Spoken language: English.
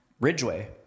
Ridgeway